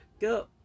Go